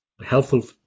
helpful